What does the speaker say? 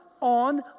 on